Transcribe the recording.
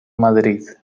madrid